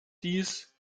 dies